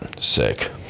Sick